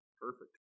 perfect